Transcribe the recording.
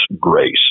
Grace